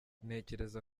ntekereza